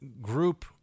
group